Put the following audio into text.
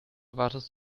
wartest